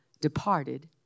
departed